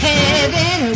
Heaven